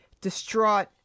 distraught